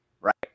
Right